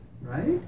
right